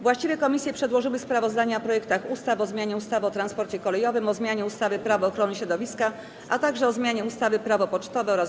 Właściwe komisje przedłożyły sprawozdania o projektach ustaw: - o zmianie ustawy o transporcie kolejowym, - o zmianie ustawy Prawo ochrony środowiska, - o zmianie ustawy Prawo pocztowe oraz